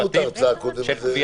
קיבלנו את ההרצאה קודם.